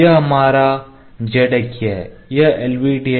यह हमारा z अक्ष है